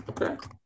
Okay